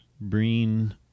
Breen